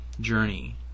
journey